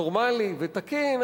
נורמלי ותקין,